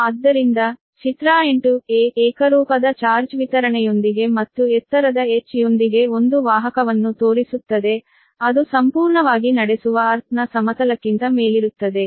ಆದ್ದರಿಂದ ಚಿತ್ರ 8 ಏಕರೂಪದ ಚಾರ್ಜ್ ವಿತರಣೆಯೊಂದಿಗೆ ಮತ್ತು ಎತ್ತರದ h ಯೊಂದಿಗೆ ಒಂದು ವಾಹಕವನ್ನು ತೋರಿಸುತ್ತದೆ ಅದು ಸಂಪೂರ್ಣವಾಗಿ ನಡೆಸುವ ಅರ್ಥ್ ನ ಸಮತಲಕ್ಕಿಂತ ಮೇಲಿರುತ್ತದೆ